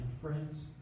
friends